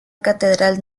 catedral